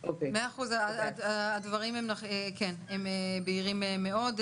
הדברים בהירים מאוד.